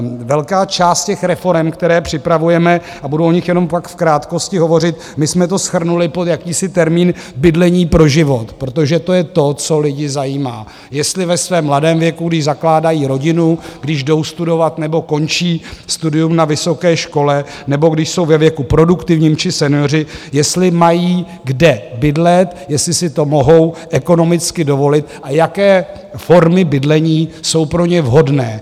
Velká část těch reforem, které připravujeme, a budu o nich jenom pak v krátkosti hovořit, my jsme to shrnuli pod jakýsi termín Bydlení pro život, protože to je to, co lidi zajímá, jestli ve svém mladém věku, když zakládají rodinu, když jdou studovat nebo končí studium na vysoké škole nebo když jsou ve věku produktivním či senioři, jestli mají kde bydlet, jestli si to mohou ekonomicky dovolit a jaké formy bydlení jsou pro ně vhodné.